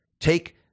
take